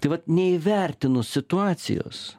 tai vat neįvertinus situacijos